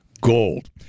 gold